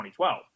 2012